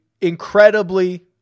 ...incredibly